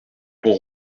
pont